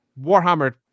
Warhammer